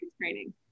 training